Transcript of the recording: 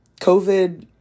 COVID